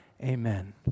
Amen